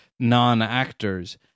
non-actors